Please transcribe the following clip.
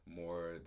more